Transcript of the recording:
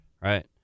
right